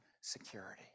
security